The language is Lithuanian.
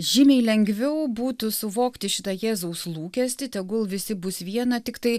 žymiai lengviau būtų suvokti šitą jėzaus lūkestį tegul visi bus viena tiktai